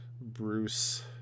Bruce